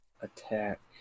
attack